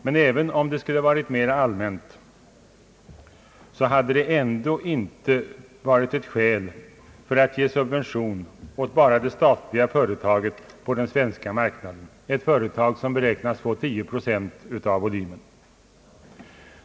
Men även om det skulle ha varit mera allmänt hade detta ändå inte varit ett skäl för att ge subvention endast åt det statliga företaget på den svenska marknaden — ett företag som beräknas få 10 procent av denna marknad.